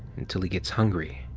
until he gets hungry,